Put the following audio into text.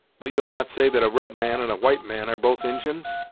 but you'll not say that a red man and a white man are both injins?